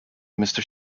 mister